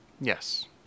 yes